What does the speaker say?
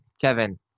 Kevin